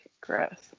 Gross